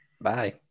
Bye